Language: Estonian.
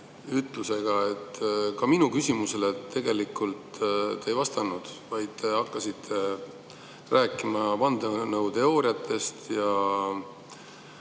öelduga. Ka minu küsimusele te tegelikult ei vastanud, vaid hakkasite rääkima vandenõuteooriatest ja